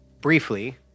briefly